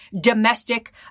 domestic